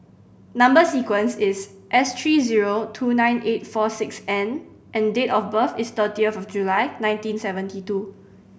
number sequence is S three zero two nine eight four six N and date of birth is thirtieth July nineteen seventy two